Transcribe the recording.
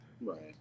right